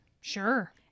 Sure